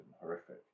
horrific